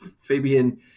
Fabian